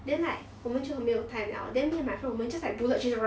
then like 我们就没有 time liao then me and my friend 我们 just like bullet train